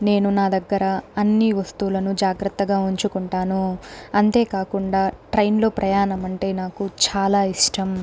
నేను నా దగ్గర అన్ని వస్తువులను జాగ్రత్తగా ఉంచుకుంటాను అంతే కాకుండా ట్రైన్లో ప్రయాణం అంటే నాకు చాలా ఇష్టం